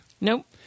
Nope